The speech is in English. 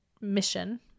mission